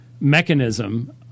mechanism